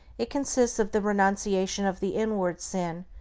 it consists of the renunciation of the inward sin,